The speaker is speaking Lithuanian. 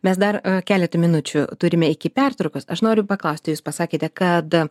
mes dar keletą minučių turime iki pertraukos aš noriu paklausti jūs pasakėte kad